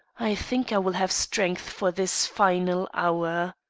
i think i will have strength for this final hour.